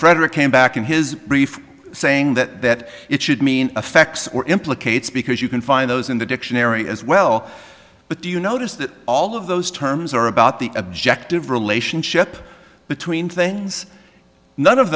frederick came back in his brief saying that it should mean affects or implicates because you can find those in the dictionary as well but do you notice that all of those terms are about the objective relationship between things none of